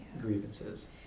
grievances